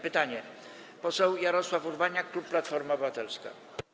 Pytanie zada poseł Jarosław Urbaniak, klub Platforma Obywatelska.